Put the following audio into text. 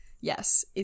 Yes